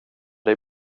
dig